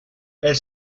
elle